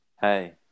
Hey